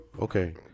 Okay